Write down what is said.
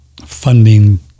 funding